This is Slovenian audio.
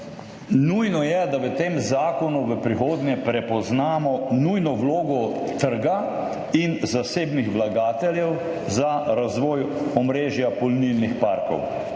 Nujno je, da v tem zakonu v prihodnje prepoznamo nujno vlogo trga in zasebnih vlagateljev za razvoj omrežja polnilnih parkov.